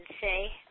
say